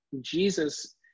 Jesus